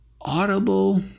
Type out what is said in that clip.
audible